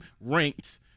ranked